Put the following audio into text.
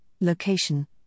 location